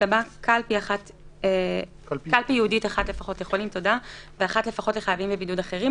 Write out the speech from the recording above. תיקבע קלפי ייעודית אחת לפחות לחולים ואחת לפחות לחייבים בבידוד אחרים,